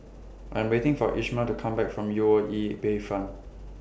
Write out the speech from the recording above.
I'm waiting For Ismael to Come Back from U O E Bayfront